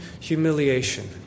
humiliation